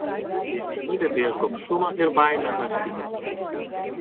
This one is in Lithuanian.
pirmenybę prieš gobšumą ir baimę aš teikiu meilei